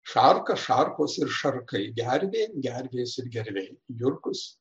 šarka šarkos ir šarkai gervė gervės ir gerviai jurkus